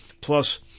plus